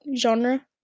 genre